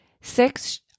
Six